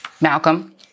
Malcolm